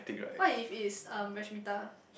what if it's um Rasmitha